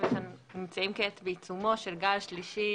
שאנחנו נמצאים כעת בעיצומו של גל שלישי,